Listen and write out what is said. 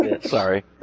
Sorry